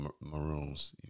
maroons